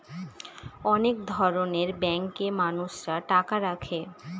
অনেক ধরনের ব্যাঙ্কে মানুষরা টাকা রাখে